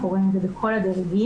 אנחנו רואים את זה בכל הדירוגים,